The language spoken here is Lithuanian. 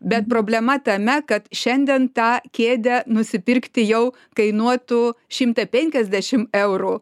bet problema tame kad šiandien tą kėdę nusipirkti jau kainuotų šimtą penkiasdešim eurų